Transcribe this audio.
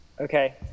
Okay